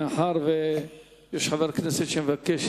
מאחר שיש חבר כנסת שמבקש